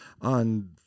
on